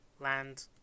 land